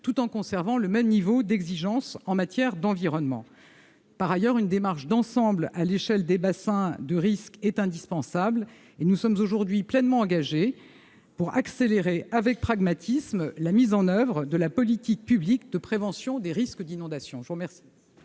tout en conservant le même niveau d'exigence en matière d'environnement. Par ailleurs, une démarche d'ensemble, à l'échelle des bassins de risque, est indispensable, et nous sommes aujourd'hui pleinement engagés pour accélérer avec pragmatisme la mise en oeuvre de la politique publique de prévention des risques d'inondation.